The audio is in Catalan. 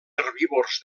herbívors